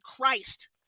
Christ